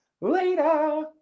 Later